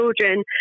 children